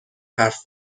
حرف